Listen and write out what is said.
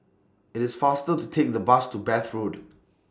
IT IS faster to Take The Bus to Bath Road